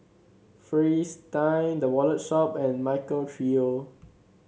Fristine The Wallet Shop and Michael Trio